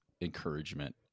encouragement